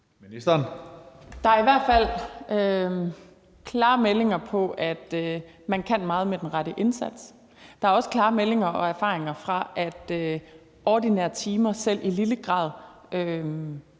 Der er i hvert fald klare meldinger om, at man kan meget med den rette indsats. Der er også klare meldinger om og erfaringer med, at ordinære timer, selv i lille grad,